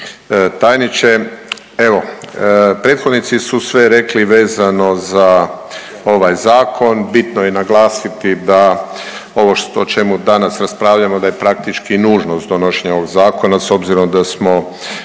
tajniče. Evo prethodnici su sve rekli vezano za ovaj zakon. Bitno je naglasiti da ovo što ćemo danas raspravljamo da je praktički nužnost donošenja ovog zakona s obzirom da smo